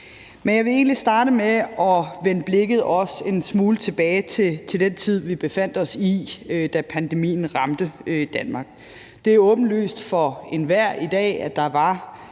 Men jeg vil egentlig starte med at vende blikket en smule tilbage til den tid, vi befandt os i, da pandemien ramte Danmark. Det er åbenlyst for enhver i dag, at der var